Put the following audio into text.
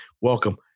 Welcome